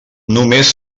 només